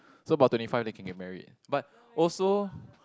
so about twenty five they can get married but also